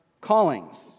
callings